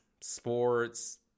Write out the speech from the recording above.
sports